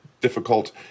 difficult